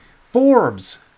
Forbes